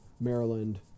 Maryland